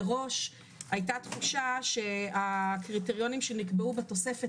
מראש הייתה תחושה שהקריטריונים שנקבעו בתוספת